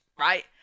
Right